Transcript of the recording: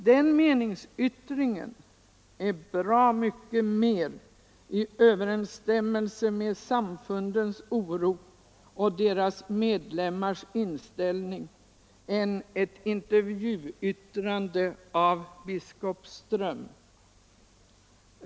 Den meningsyttringen är bra mycket mer i överensstämmelse med samfundens oro och deras medlemmars inställning än ett intervjuyttrande av biskop Ström.